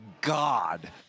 God